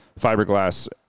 fiberglass